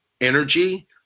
energy